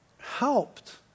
helped